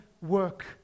work